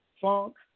Funk